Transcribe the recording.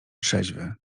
trzeźwy